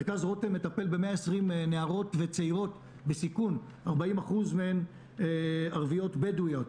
מרכז רותם מטפל ב-120 נערות וצעירות בסיכון- 40% מהן ערביות בדוויות.